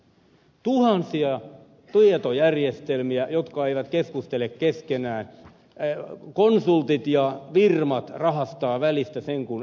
on tuhansia tietojärjestelmiä jotka eivät keskustele keskenään konsultit ja firmat rahastavat välistä sen kun ehtivät